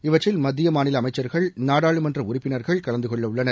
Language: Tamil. இவற்றில் மத்திய மாநில அமைச்சர்கள் நாடாளுமன்ற உறுப்பினர்கள் கலந்துகொள்ள உள்ளனர்